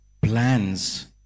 plans